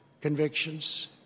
convictions